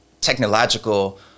technological